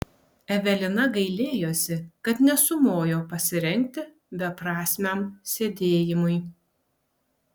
evelina gailėjosi kad nesumojo pasirengti beprasmiam sėdėjimui